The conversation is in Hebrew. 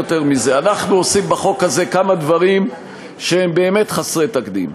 אנחנו עושים בחוק הזה כמה דברים שהם באמת חסרי תקדים.